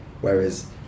Whereas